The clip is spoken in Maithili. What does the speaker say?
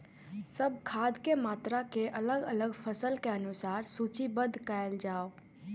सब खाद के मात्रा के अलग अलग फसल के अनुसार सूचीबद्ध कायल जाओ?